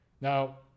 Now